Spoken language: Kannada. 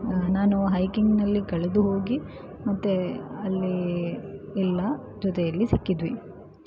ನಾನು ಹೈಕಿಂಗ್ನಲ್ಲಿ ಕಳೆದು ಹೋಗಿ ಮತ್ತೆ ಅಲ್ಲಿ ಎಲ್ಲ ಜೊತೆಯಲ್ಲಿ ಸಿಕ್ಕಿದ್ವಿ